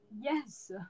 Yes